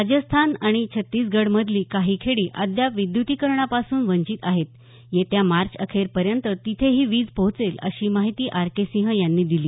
राजस्थान आणि छत्तीसगडमधली काही खेडी अद्याप विद्युतीकरणापासून वंचित आहेत येत्या मार्चअखेर तिथेही वीज पोहोचल अशी माहिती आर के सिंह यांनी दिली